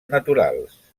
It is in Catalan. naturals